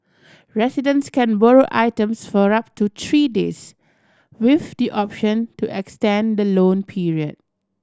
residents can borrow items for up to three days with the option to extend the loan period